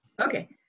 Okay